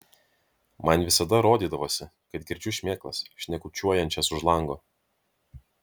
man visada rodydavosi kad girdžiu šmėklas šnekučiuojančias už lango